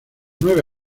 nueve